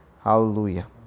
Hallelujah